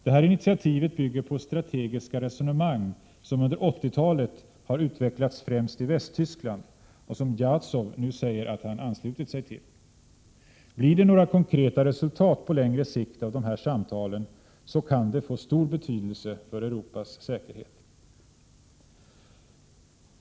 Det här initiativet bygger på strategiska resonemang, som under 80-talet har utvecklats främst i Västtyskland och som Jazov nu säger att han anslutit sig till. Blir det några konkreta resultat på längre sikt av de här samtalen, så kan de få stor betydelse för Europas säkerhet.